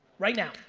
right now.